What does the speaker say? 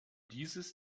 dieses